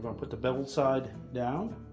um put the beveled side down.